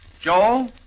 Joel